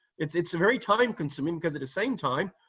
it's it's very time consuming because at the same time,